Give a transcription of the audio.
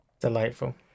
Delightful